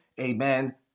amen